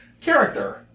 character